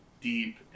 deep